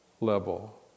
level